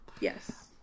yes